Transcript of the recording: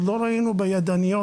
עוד לא ראינו בידניות,